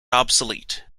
obsolete